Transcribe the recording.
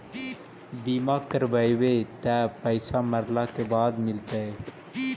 बिमा करैबैय त पैसा मरला के बाद मिलता?